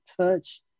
touch